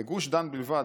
בגוש דן בלבד,